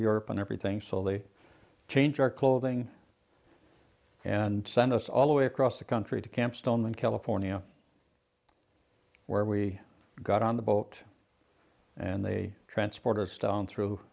europe and everything so they change our clothing and sent us all the way across the country to camp stillman california where we got on the boat and they transported stone through